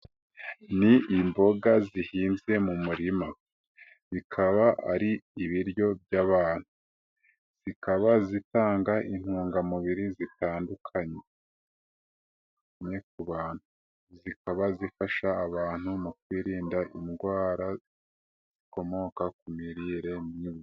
Ni imboga zihinze mu murima, bikaba ari ibiryo by'abantu, zikaba zitanga intungamubiri zitandukanye ku bantu, zikaba zifasha abantu mu kwirinda indwara zikomoka ku mirire mibi.